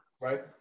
right